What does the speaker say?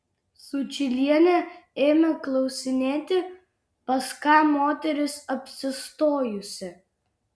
sučylienė ėmė klausinėti pas ką moteris apsistojusi